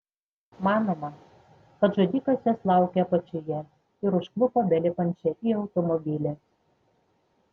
manoma kad žudikas jos laukė apačioje ir užklupo belipančią į automobilį